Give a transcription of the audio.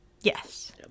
yes